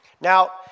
Now